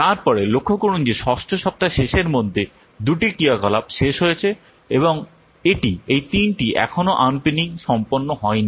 তারপরে লক্ষ্য করুন যে ষষ্ঠ সপ্তাহের শেষের মধ্যে দুটি ক্রিয়াকলাপ শেষ হয়েছে এবং এটি এই তিনটি এখনও আনপিনিং সম্পন্ন হয়নি